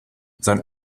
sein